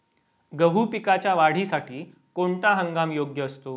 गहू पिकाच्या वाढीसाठी कोणता हंगाम योग्य असतो?